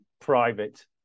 private